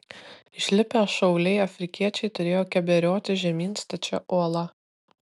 išlipę šauliai afrikiečiai turėjo keberiotis žemyn stačia uola